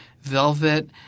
velvet